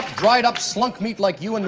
dried up slunk meat like you and